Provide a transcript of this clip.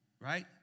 Right